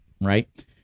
right